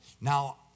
Now